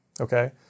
okay